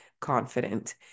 confident